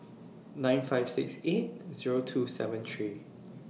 nine five six eight Zero two seven three